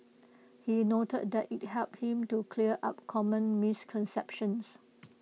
he noted that IT helped him to clear up common misconceptions